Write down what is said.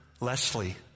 Leslie